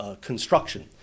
construction